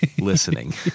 listening